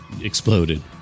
exploded